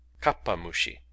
Kappa-mushi